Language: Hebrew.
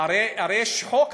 הרי יש חוק.